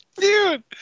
dude